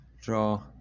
draw